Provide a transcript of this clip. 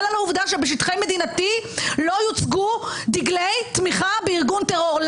על העובדה שבשטחי מדינתי לא יוצגו דגלי תמיכה בארגון טרור.